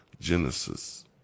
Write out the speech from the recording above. Genesis